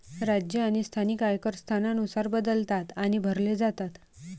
राज्य आणि स्थानिक आयकर स्थानानुसार बदलतात आणि भरले जातात